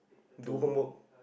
do homework